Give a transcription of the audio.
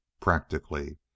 practically